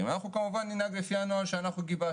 אנחנו כמובן ננהג לפי הנוהל שגיבשנו,